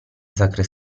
sacre